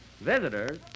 Visitors